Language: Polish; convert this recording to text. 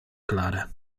klarę